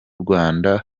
rwanda